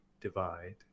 Divide